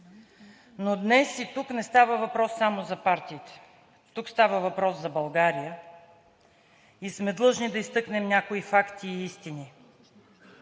Днес и тук не става въпрос само за партиите. Тук става въпрос за България и сме длъжни да изтъкнем някои факти и истини.